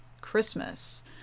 Christmas